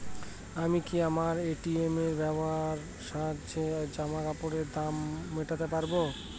আমি কি আমার এ.টি.এম এর সাহায্যে জামাকাপরের দাম মেটাতে পারব?